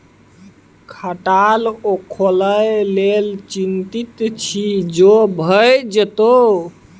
खटाल खोलय लेल चितिंत छी जो भए जेतौ